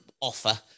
offer